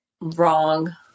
wrong